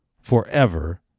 forever